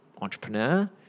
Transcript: entrepreneur